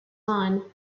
line